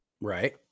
Right